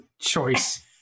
choice